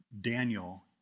Daniel